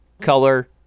color